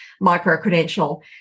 micro-credential